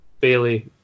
Bailey